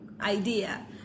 Idea